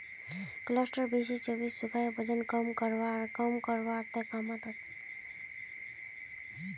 cluster beans चर्बीक सुखाए वजन कम करवार कामत ओसछेक